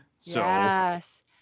Yes